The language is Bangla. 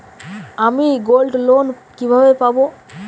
আমি গোল্ডলোন কিভাবে পাব?